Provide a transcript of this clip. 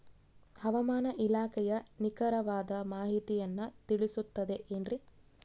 ಹವಮಾನ ಇಲಾಖೆಯ ನಿಖರವಾದ ಮಾಹಿತಿಯನ್ನ ತಿಳಿಸುತ್ತದೆ ಎನ್ರಿ?